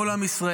כל עם ישראל,